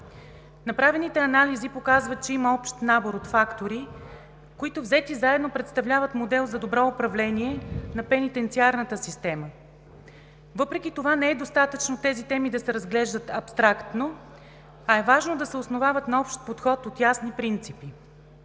Направените анализи показват, че има общ набор от фактори, които, взети заедно, представляват модел за добро управление на пенитенциарната система. Въпреки това не е достатъчно тези теми да се разглеждат абстрактно, а е важно да се основават на общ подход от ясни принципи.